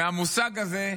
מהמושג הזה,